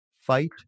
fight